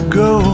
go